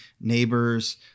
neighbors